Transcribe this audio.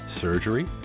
surgery